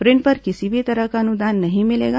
ऋण पर किसी भी तरह का अनुदान नहीं मिलेगा